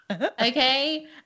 okay